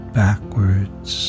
backwards